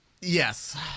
Yes